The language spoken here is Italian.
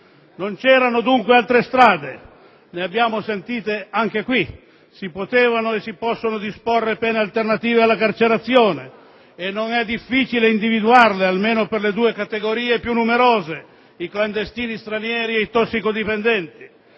Non c'erano dunque altre strade, le abbiamo sentite anche qui, si potevano e si possono disporre pene alternative alla carcerazione e non è difficile individuarle, almeno per le due categorie più numerose: i clandestini stranieri e i tossicodipendenti.